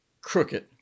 crooked